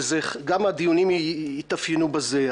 גם הדיונים יתאפיינו בזה.